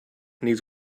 needs